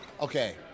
okay